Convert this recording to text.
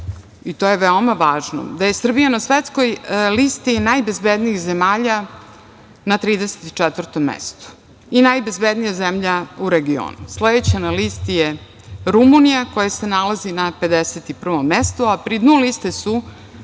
je reći da je Srbija na svetskoj listi najbezbednijih zemalja na 34. mestu i najbezbednija zemlja u regionu. Sledeća na listi je Rumunija, koja se nalazi na 51. mestu, a pri dnu liste su